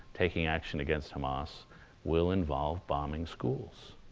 taking action against hamas will involve bombing schools'?